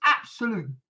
absolute